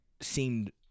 seemed